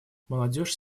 молодежь